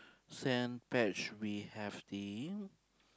sand patch we have the